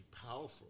powerful